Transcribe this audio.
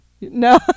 no